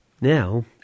Now